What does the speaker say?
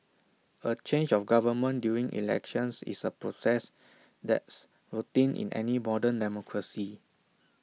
A change of government during elections is A process that's routine in any modern democracy